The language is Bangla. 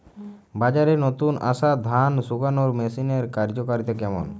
বাজারে নতুন আসা ধান শুকনোর মেশিনের কার্যকারিতা কেমন?